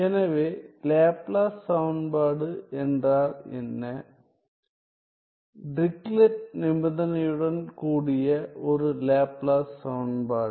எனவே லேப்லாஸ் சமன்பாடு என்றால் என்ன டிரிக்லெட் நிபந்தனையுடன் கூடிய ஒரு லேப்லாஸ் சமன்பாடு